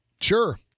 Sure